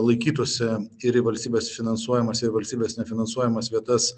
laikytose ir į valstybės finansuojamas valstybės nefinansuojamas vietas